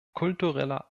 kultureller